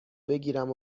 بگیرم